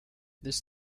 this